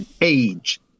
age